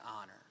honor